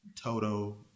Toto